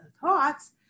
thoughts